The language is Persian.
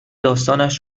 داستانش